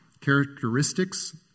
Characteristics